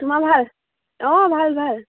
তোমাৰ ভাল অঁ ভাল ভাল